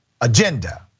agenda